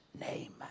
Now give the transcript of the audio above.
name